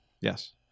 Yes